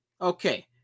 Okay